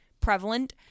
prevalent